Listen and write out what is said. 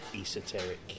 esoteric